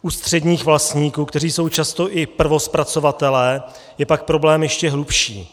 U středních vlastníků, kteří jsou často i prvozpracovateli, je pak problém ještě hlubší.